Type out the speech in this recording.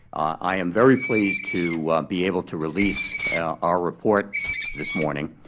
i am very pleased to be able to release our report this morning,